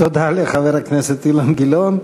תודה לחבר הכנסת אילן גילאון.